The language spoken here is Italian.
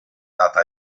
data